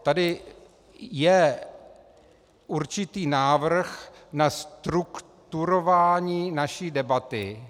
Tady je určitý návrh na strukturování naší debaty.